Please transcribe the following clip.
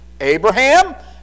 Abraham